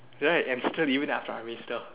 right and still even after army still